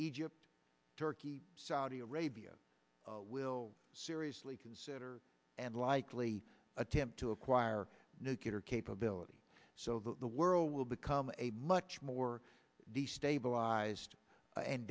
egypt turkey saudi arabia will seriously consider and likely attempt to acquire nuclear capability so that the world will become a much more destabilized and